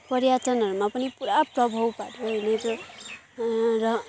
पर्यटनहरूमा पनि पुरा प्रभाव पाऱ्यो यसले र